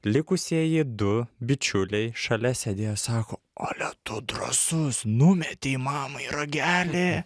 likusieji du bičiuliai šalia sėdėjo sako ale tu drąsus numetei mamai ragelį